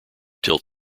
tilt